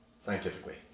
scientifically